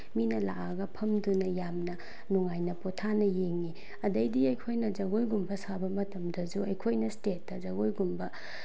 ꯃꯤꯅ ꯂꯥꯛꯑꯒ ꯐꯝꯗꯨꯅ ꯌꯥꯝꯅ ꯅꯨꯡꯉꯥꯏꯅ ꯄꯣꯊꯥꯅ ꯌꯦꯡꯉꯤ ꯑꯗꯒꯤꯗꯤ ꯑꯩꯈꯣꯏꯅ ꯖꯒꯣꯏꯒꯨꯝꯕ ꯁꯥꯕ ꯃꯇꯝꯗꯁꯨ ꯑꯩꯈꯣꯏꯅ ꯏꯁꯇꯦꯠꯇ ꯖꯒꯣꯏꯒꯨꯝꯕ